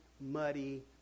muddy